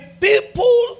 people